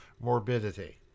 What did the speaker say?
morbidity